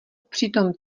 přitom